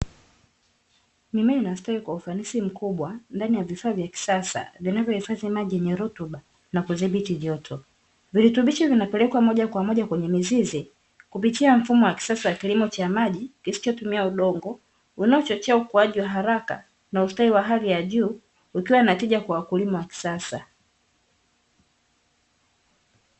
Mimea inastawi kwa ufanisi mkubwa ndani ya vifaa vya kisasa vinavyohifadhi maji yenye rutuba na kudhibiti joto, virutubisho vinapelekwa mojakwamoja kwenye mizizi kupitia mfumo wa kisasa wa kilimo cha maji kisichotumia udongo, unaochochea ukuaji wa haraka na ustawi wa hali ya juu ikiwa na tija kwa wakulima wa kisasa.